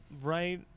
right